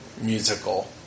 musical